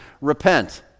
repent